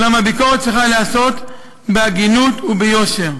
אולם הביקורת צריכה להיעשות בהגינות וביושר,